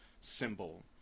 symbol